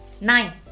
Nine